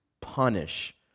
punish